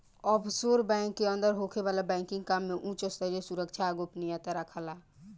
offshore bank के अंदर होखे वाला बैंकिंग काम में उच स्तरीय सुरक्षा आ गोपनीयता राखाला